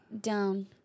Down